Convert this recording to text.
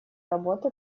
работы